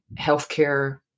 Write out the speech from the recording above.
healthcare